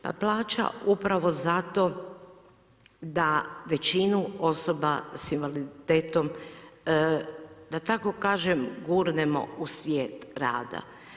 Pa plaća upravo zato da većinu osoba sa invaliditetom da tako kažemo gurnemo u svijet rada.